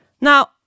Now